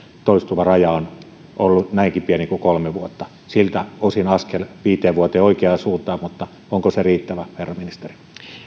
toistuva raja on ollut näinkin pieni kuin kolme vuotta siltä osin askel viiteen vuoteen on oikeansuuntainen mutta onko se riittävä herra ministeri